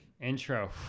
Intro